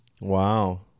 Wow